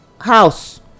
house